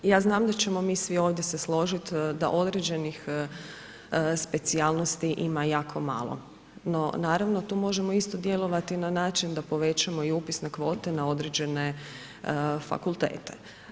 Ja znam da ćemo mi svi ovdje se složit da određenih specijalnosti ima jako malo no na ravno tu možemo isti djelovati na način da povećamo i upisne kvote na određene fakultete.